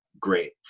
Great